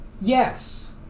Yes